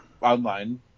online